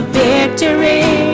victory